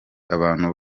abantu